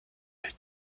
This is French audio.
les